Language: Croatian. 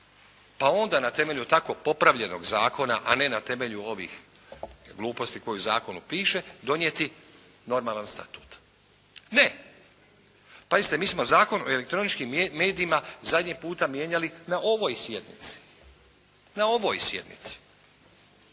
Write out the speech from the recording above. pa onda na temelju takvog popravljenog Zakona, a ne na temelju ovih gluposti koje u Zakonu piše, donijeti normalan statut. Ne, pazite, mi smo Zakon o elektroničkim medijima zadnji puta mijenjali na ovoj sjednici, na ovoj sjednici.